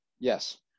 Yes